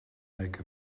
make